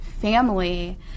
family